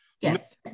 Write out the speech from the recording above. Yes